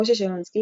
משה שלונסקי,